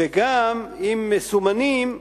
וגם אם המקומות מסומנים,